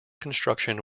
construction